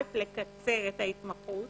לקצר את ההתמחות